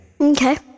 Okay